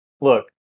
Look